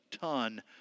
ton